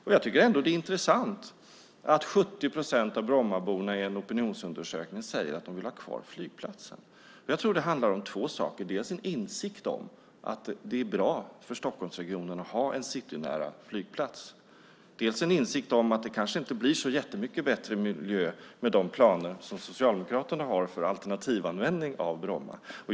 Det är ändå intressant att 70 procent av Brommaborna i en opinionsundersökning säger att de vill ha kvar flygplatsen. Jag tror att det handlar om två saker. Det finns en insikt om att det är bra för Stockholmsregionen att ha en citynära flygplats. Det finns också en insikt om att det kanske inte blir så jättemycket bättre miljö med de planer som Socialdemokraterna har för alternativanvändning av Bromma.